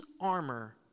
armor